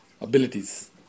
abilities